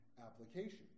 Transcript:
application